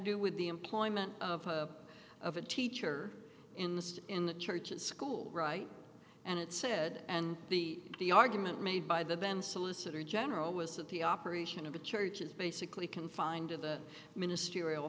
do with the employment of a of a teacher in the in the church school right and it said and the the argument made by the then solicitor general was that the operation of the church is basically confined to the ministerial